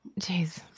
Jeez